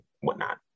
whatnot